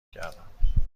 کردم